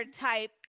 type